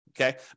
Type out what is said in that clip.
Okay